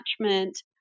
attachment